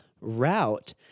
route